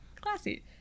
classy